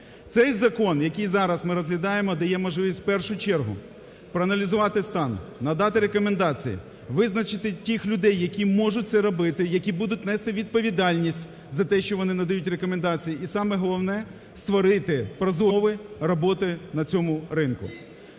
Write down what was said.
Цей закон, який зараз ми розглядаємо дає можливість в першу чергу проаналізувати стан, надати рекомендації, визначити тих людей, які можуть це робити, які будуть нести відповідальність за те, що вони надають рекомендації. І саме головне створити прозорі умови роботи на цьому ринку.